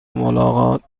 ملاقات